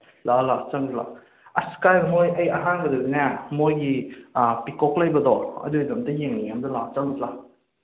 ꯂꯥꯛꯑꯣ ꯂꯥꯛꯑꯣ ꯆꯪꯁꯤ ꯂꯥꯛꯑꯣ ꯑꯁ ꯀꯥꯏꯗ ꯃꯣꯏ ꯑꯩ ꯑꯍꯥꯟꯕꯗꯤꯅꯦ ꯃꯣꯏꯒꯤ ꯄꯤꯀꯣꯛ ꯂꯩꯕꯗꯣ ꯑꯗꯨꯏꯗꯣ ꯑꯝꯇ ꯌꯦꯡꯅꯤꯡꯉꯤ ꯑꯝꯇ ꯂꯥꯛꯑꯣ ꯆꯠꯂꯨꯁꯤ ꯂꯥꯛꯑꯣ